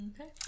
Okay